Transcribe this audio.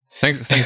Thanks